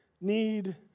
need